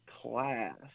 class